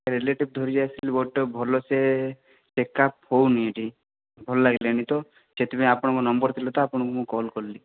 relative ଧରିକି ଆସିଥିଲି ଗୋଟେ ଭଲ ସେ ଚେକ୍ ଅପ୍ ହେଉନି ଭଲ ଲାଗିଲାନି ତ ସେଥିପାଇଁ ଆପଣଙ୍କ ନମ୍ବର ଥିଲା ତ ଆପଣଙ୍କ ମୁଁ କଲ୍ କଲି